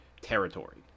territory